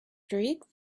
streak